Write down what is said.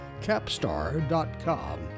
Capstar.com